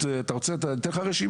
אם אתה רוצה, אני אתן לך רשימה.